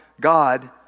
God